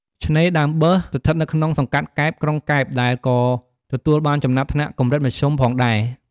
ឆ្នេរដើមបើស ស្ថិតនៅក្នុងសង្កាត់កែប ក្រុងកែប ដែលក៏ទទួលបានចំណាត់ថ្នាក់ "កម្រិតមធ្យម" ផងដែរ។